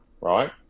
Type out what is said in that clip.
Right